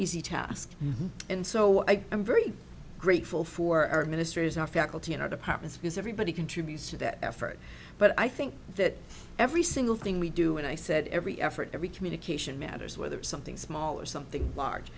easy task and so i'm very grateful for our ministers our faculty and our departments because everybody contributes to that effort but i think that every single thing we do and i said every effort every communication matters whether something small or something large